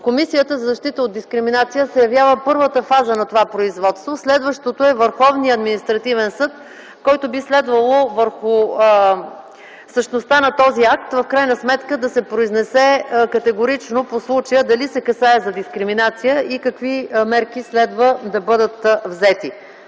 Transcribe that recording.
аргументирано, защото комисията се явява първата фаза на това производство. Следващата е Върховният административен съд, който би следвало върху същността на този акт да се произнесе категорично по случая – дали се касае за дискриминация и какви мерки следва да бъдат взети.